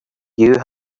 you